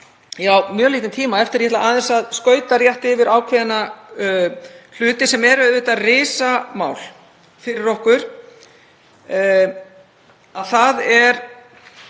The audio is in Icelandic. á mjög lítinn tíma eftir en ætla aðeins að skauta létt yfir ákveðna hluti sem eru auðvitað risamál fyrir okkur. Ef maður